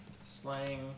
slang